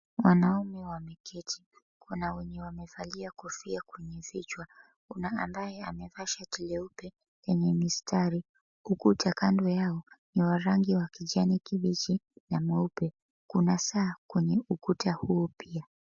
Wanaume wameketi. Kuna wenye wamevalia kofia kwenye vichwa, kuna ambaye amevaa shati leupe yenye mistari. Ukuta kando yao ni wa rangi wa kijani kibichi na mweupe. Kuna saa kwenye ukuta huu pia.